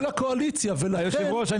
הקואליציה ולכן אין פה --- היושב ראש,